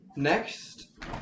Next